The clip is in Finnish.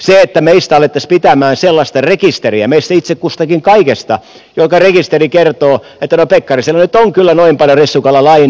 se että alettaisiin pitää sellaista rekisteriä meistä itse kustakin kaikesta joka rekisteri kertoo että pekkarisella nyt on kyllä ressukalla noin paljon lainaa jnp